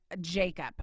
Jacob